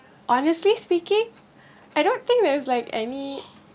honestly speaking I don't think there's like any